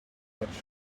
much